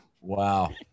Wow